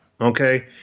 Okay